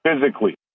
physically